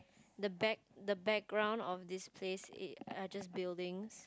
the back the background of this place is~ are just buildings